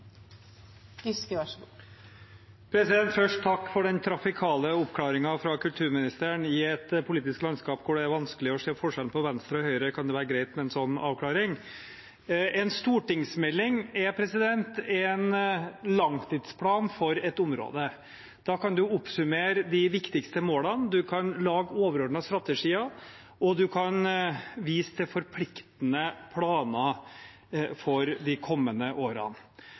Venstre og Høyre, kan det være greit med en sånn avklaring. En stortingsmelding er en langtidsplan for et område. Da kan man oppsummere de viktigste målene, man kan lage overordnede strategier, og man kan vise til forpliktende planer for de kommende årene.